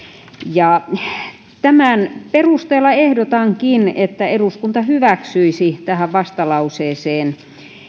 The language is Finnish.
tämän perusteella ehdotankin että eduskunta hyväksyisi tähän vastalauseeseen